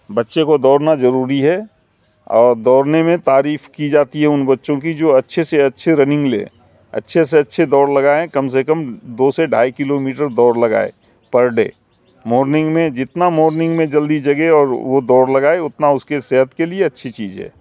بچے کو دوڑنا ضروری ہے اور دوڑنے میں تعریف کی جاتی ہے ان بچوں کی جو اچھے سے اچھے رنگ لیں اچھے سے اچھے دوڑ لگائیں کم سے کم دو سے ڈھائی کلو میٹر دوڑ لگائے پر ڈے مورننگ میں جتنا مورننگ میں جلدی جگے اور وہ دوڑ لگائے اتنا اس کے صحت کے لیے اچھی چیز ہے